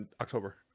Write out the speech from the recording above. October